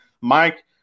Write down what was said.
Mike